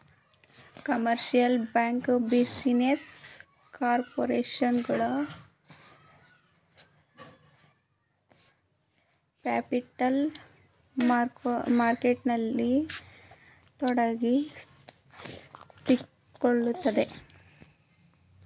commercial bank, business corporation ಗಳು capital ಮಾರ್ಕೆಟ್ನಲ್ಲಿ ತೊಡಗಿಸಿಕೊಳ್ಳುತ್ತದೆ